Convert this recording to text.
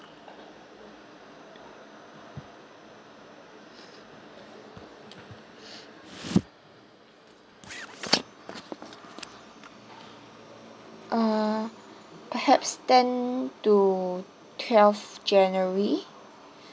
uh perhaps ten to twelve january